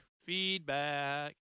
feedback